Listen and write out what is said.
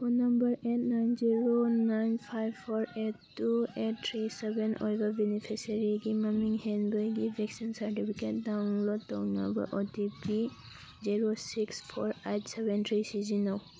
phone number eight nine zero nine five four eight two eight three seven ꯑꯣꯏꯕ ꯕꯦꯅꯤꯐꯤꯁꯔꯤꯒꯤ ꯃꯃꯤꯡ ꯍꯦꯟꯕꯒꯤ vaccine certificate download ꯇꯧꯅꯕ O T P zero six four eight seven three ꯁꯤꯖꯤꯟꯅꯧ